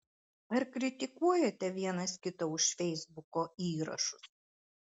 ar kritikuojate vienas kitą už feisbuko įrašus